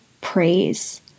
praise